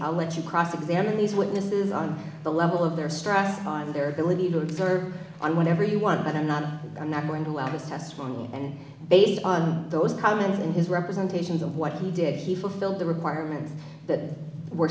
i'll let you cross examine these witnesses on the level of their strength time their ability to observe on whatever you want but i'm not i'm not going to allow this testimony and based on those comments in his representations of what he did he fulfilled the requirements that were